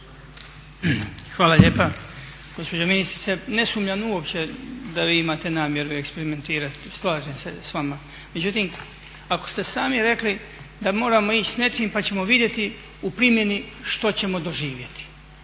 Hvala lijepa. Gospođo ministrice, ne sumnjam uopće da vi imate namjeru eksperimentirati, slažem se s vama. Međutim, ako ste sami rekli da moramo ići s nečim pa ćemo vidjeti u primjeni što ćemo doživjeti